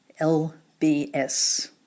LBS